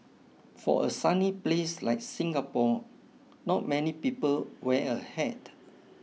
for a sunny place like Singapore not many people wear a hat